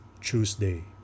Tuesday